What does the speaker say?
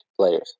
players